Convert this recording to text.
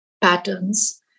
patterns